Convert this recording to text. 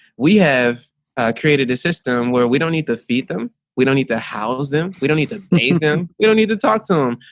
we have created a system where we don't need to feed them. we don't need to house them. we don't need to name them. you don't to talk to them,